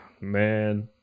man